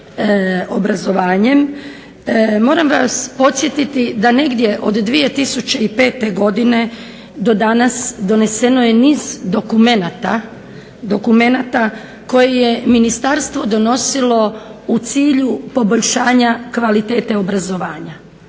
moram vas podsjetiti da negdje od 2005. godine do danas doneseno je niz dokumenata koje je ministarstvo donosilo u cilju poboljšanja kvalitete obrazovanja.